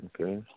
Okay